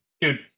Dude